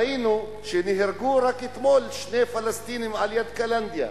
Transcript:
ראינו שנהרגו רק אתמול שני פלסטינים ליד קלנדיה,